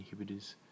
inhibitors